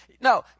No